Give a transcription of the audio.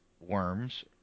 worms